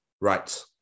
Right